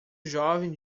jovem